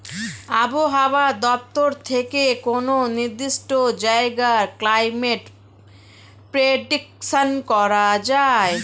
আবহাওয়া দপ্তর থেকে কোনো নির্দিষ্ট জায়গার ক্লাইমেট প্রেডিকশন করা যায়